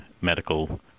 medical